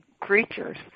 creatures